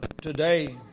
today